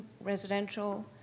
residential